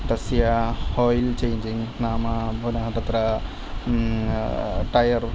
तस्य oil changing नाम पुनः तत्र टयर्